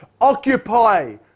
Occupy